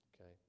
Okay